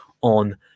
on